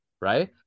right